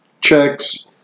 checks